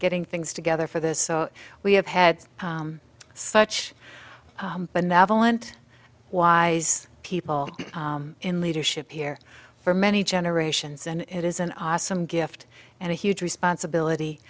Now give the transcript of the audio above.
getting things together for this so we have had such a novel and wise people in leadership here for many generations and it is an awesome gift and a huge responsibility